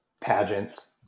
pageants